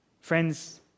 friends